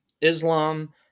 Islam